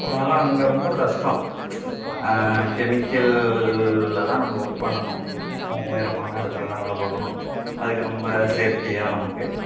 போனாலும் அங்கே ரொம்ப கஷ்டம் கெமிக்கலில் தான் நம்ம ஒர்க் பண்ணணும் உயரமான எடத்துலலாம் வேலை பார்க்கணும் அதுக்கு ரொம்ப சேஃப்டியாக நமக்கு